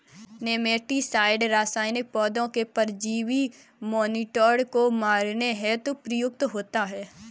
nematicide रसायन पौधों के परजीवी नोमीटोड को मारने हेतु प्रयुक्त होता है